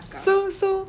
so so